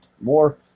More